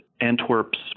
Antwerp's